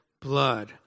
blood